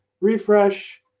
Refresh